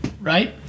right